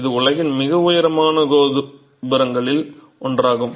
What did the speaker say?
இது உலகின் மிக உயரமான கோபுரங்களில் ஒன்றாகும்